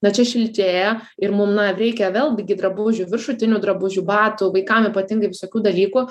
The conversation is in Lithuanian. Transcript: na čia šiltėja ir mum na reikia vėlgi gi drabužių viršutinių drabužių batų vaikam ypatingai visokių dalykų